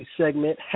segment